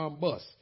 bus